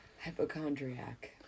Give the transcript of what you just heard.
hypochondriac